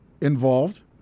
involved